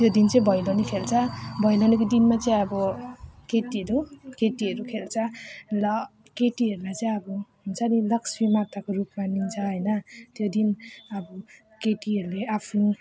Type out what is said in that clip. त्यो दिन चाहिँ भैलेनी खेल्छ भैलेनी दिनमा चाहिँ अब केटीहरू केटीहरू खेल्छ र केटीहरूलाई चाहिँ अब हुन्छ नि लक्ष्मी माताको रूपमा लिन्छ होइन त्यो दिन अब केटीहरूले आफ्नो